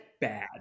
bad